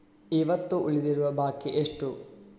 ಇವತ್ತು ಉಳಿದಿರುವ ಬಾಕಿ ಎಷ್ಟು?